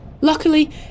Luckily